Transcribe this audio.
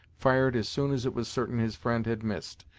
fired as soon as it was certain his friend had missed,